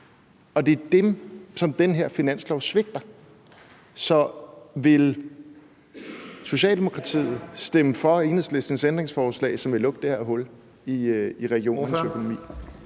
Og det er dem, som den her finanslov svigter. Så vil Socialdemokratiet stemme for Enhedslistens ændringsforslag, som vil lukke det her hul i regionernes økonomi?